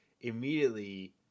immediately